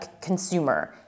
consumer